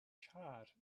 charred